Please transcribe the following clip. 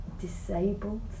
disabled